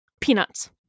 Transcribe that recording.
Peanuts